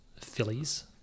fillies